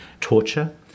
torture